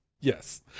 Yes